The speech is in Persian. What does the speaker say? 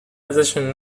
ازشون